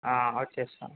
వచ్చేస్తాను